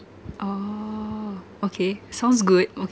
oh okay sounds good ok